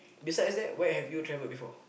besides that where have you travelled before